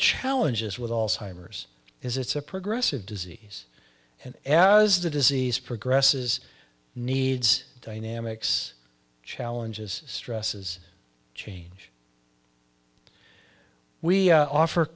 challenges with all simers is it's a progressive disease and as the disease progresses needs dynamics challenges stresses change we offer